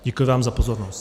Děkuji vám za pozornost.